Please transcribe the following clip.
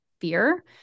fear